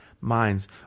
minds